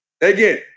again